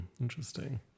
Interesting